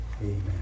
Amen